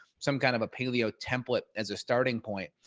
some kind of a paleo template as a starting point.